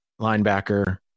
linebacker